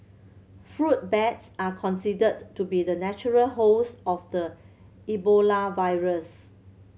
fruit bats are considered to be the natural host of the Ebola virus